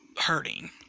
hurting